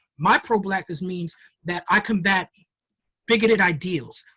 my pro-blackness means that i combat bigoted ideals.